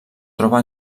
troba